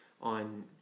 on